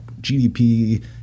GDP